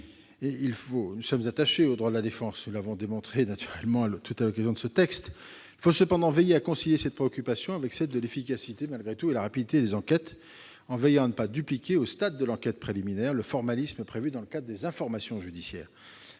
naturellement attachés aux droits de la défense, ainsi que nous l'avons démontré à l'occasion de l'examen de ce texte. Il faut cependant être attentif à concilier cette préoccupation avec celle de l'efficacité et de la rapidité des enquêtes, en veillant à ne pas dupliquer au stade de l'enquête préliminaire le formalisme prévu dans le cadre des informations judiciaires.